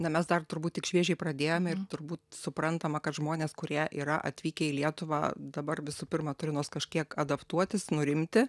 na mes dar turbūt tik šviežiai pradėjome ir turbūt suprantama kad žmonės kurie yra atvykę į lietuvą dabar visų pirma turi nors kažkiek adaptuotis nurimti